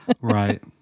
Right